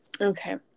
Okay